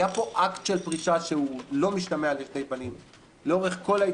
היה פה אקט של הפרישה שהוא לא משתמע לשתי פנים לאורך כל ההתנהלות.